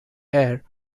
air